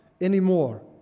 anymore